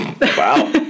Wow